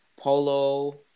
Polo